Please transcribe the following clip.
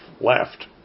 left